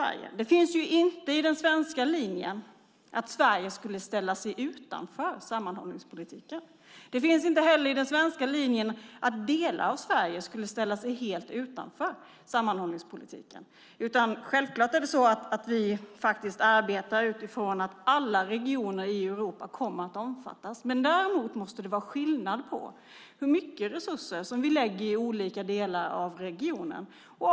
Det finns inte i den svenska linjen att Sverige skulle ställa sig utanför sammanhållningspolitiken. Det finns heller inte i den svenska linjen att delar av Sverige helt skulle ställa sig utanför sammanhållningspolitiken. Självklart arbetar vi utifrån att alla regioner i Europa kommer att omfattas. Däremot måste det vara skillnad på hur mycket resurser vi lägger i olika delar av regionen.